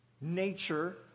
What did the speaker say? nature